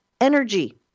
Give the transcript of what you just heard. energy